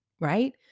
right